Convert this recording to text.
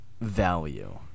value